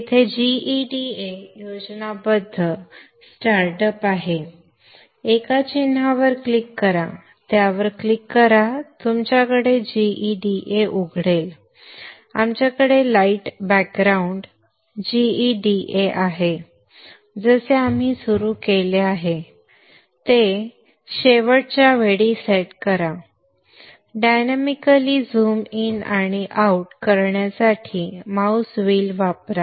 तेथे gEDA योजनाबद्ध start up आहे एका चिन्हावर क्लिक करा त्यावर क्लिक करा तुमच्याकडे gEDA उघडेल आमच्याकडे लाइट बॅकग्राउंड gEDA आहे जसे आपण सुरू केले आहे ते शेवटच्या वेळी सेट करा डायनॅमिकली झूम इन आणि आउट करण्यासाठी माउस व्हील वापरा